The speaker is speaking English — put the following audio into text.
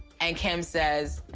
and kim says,